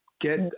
get